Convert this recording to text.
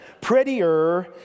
prettier